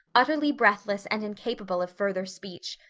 utterly breathless and incapable of further speech.